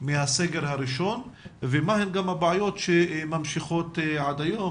מהסגר הראשון ומהן הבעיות שממשיכות גם היום.